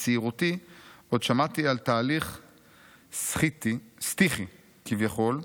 בצעירותי עוד שמעתי על תהליך 'סטיכי', כביכול,